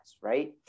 right